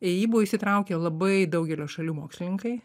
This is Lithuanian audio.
į jį buvo įsitraukę labai daugelio šalių mokslininkai